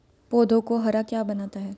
पौधों को हरा क्या बनाता है?